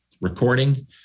recording